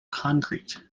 concrete